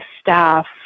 staff